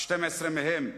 12 מהם,